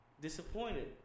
disappointed